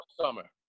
summer